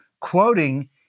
quoting